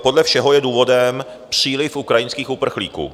Podle všeho je důvodem příliv ukrajinských uprchlíků.